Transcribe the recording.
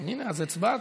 העיריות (תיקון מס' 147),